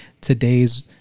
today's